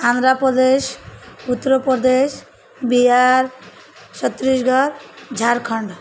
Andhra Pradesh Uttar Pradesh Bihar Chhattisgarh Jharkhand